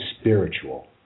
spiritual